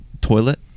toilet